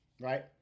Right